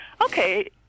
okay